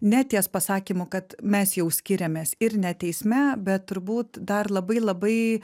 ne ties pasakymu kad mes jau skiriamės ir ne teisme bet turbūt dar labai labai